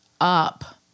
up